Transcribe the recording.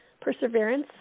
perseverance